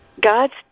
God's